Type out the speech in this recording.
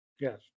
Yes